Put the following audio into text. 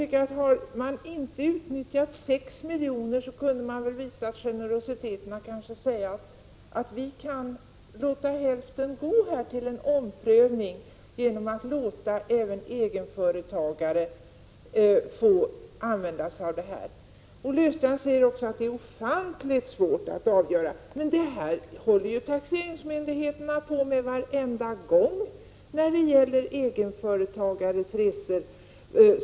När nu 6 milj.kr. inte har utnyttjats kunde man vara generös och säga att hälften kan anslås till en omprövning för att låta även egenföretagarna få möjlighet att utnyttja stödet. Olle Östrand säger också att det är ofantligt svårt att avgöra vad som är privata resor och resor i tjänsten. Men sådant håller ju taxeringsmyndigheterna på med varenda gång det är fråga om egenföretagares resor.